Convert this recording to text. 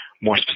more